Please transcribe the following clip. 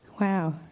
Wow